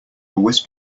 wisp